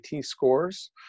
scores